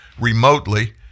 remotely